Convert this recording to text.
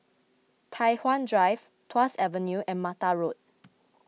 Tai Hwan Drive Tuas Avenue and Mata Road